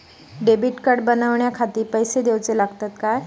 Debit card बनवण्याखाती पैसे दिऊचे लागतात काय?